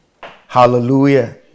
Hallelujah